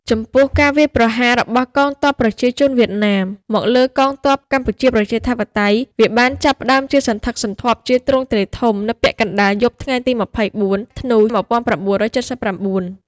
ចំពោះការវាយប្រហាររបស់កងទ័ពប្រជាជនវៀតណាម មកលើកងទ័ពកម្ពុជាប្រជាធិបតេយ្យ វាបានចាប់ផ្តើមជាសន្ធឹកសន្ធាប់ជាទ្រង់ទ្រាយធំ នៅពាក់កណ្តាលយប់ថ្ងៃទី ២៤ ធ្នូ ១៩៧៩។